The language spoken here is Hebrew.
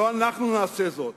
לא אנחנו נעשה זאת